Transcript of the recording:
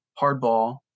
hardball